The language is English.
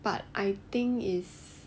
but I think is